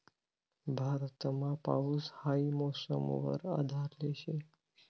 भारतमा पाऊस हाई मौसम वर आधारले शे